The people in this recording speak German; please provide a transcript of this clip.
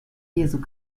jesu